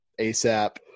ASAP